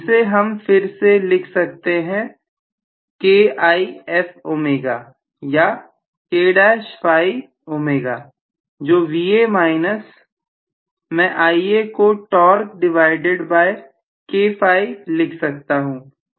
इसे हम फिर से लिख सकते हैं KIf ओमेगा या k डेश phi ओमेगा जो Va माइनस मैं Ia को torque divided by k phi लिख सकता हूं